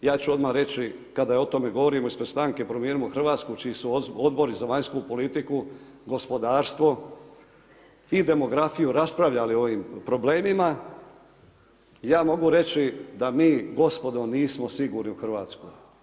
Ja ću odmah reći kada o tome govorimo ispred stranke Promijenimo Hrvatsku čiji su odbori za vanjsku politiku, gospodarstvo i demografiju, raspravljali o ovim problemima, ja mogu reći da mi gospodo, nismo sigurni u Hrvatsku.